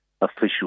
official